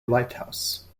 lighthouse